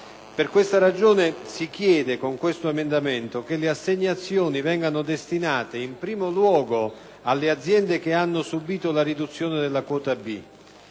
Per questa ragione, si chiede con questo emendamento che le assegnazioni siano destinate in primo luogo alle aziende che hanno subìto la riduzione della quota B;